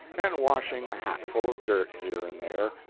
and washing a hatful of dirt here and there,